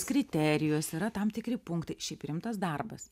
kriterijus yra tam tikri punktai šiaip rimtas darbas